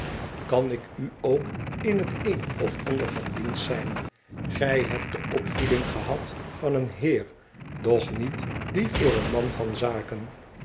kan ik u ook in het een of ander van dienst zijn gij hebt de opvoeding gehad van een heer doch niet die voor een man van zaken